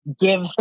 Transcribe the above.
give